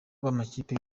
b’amakipe